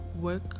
work